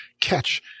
catch